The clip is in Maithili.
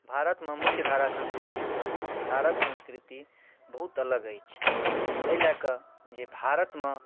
भारतमे मुख्य धारा सँस्कृतिसँ बिहारक सँस्कृति बहुत अलग अछि एहि लए कऽ जे भारतमे